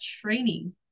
training